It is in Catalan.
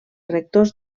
rectors